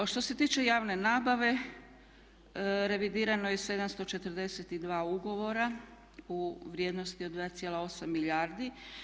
Što se tiče javne nabave, revidirano je 742 ugovora u vrijednosti od 2,8 milijardi.